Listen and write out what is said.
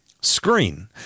screen